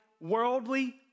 worldly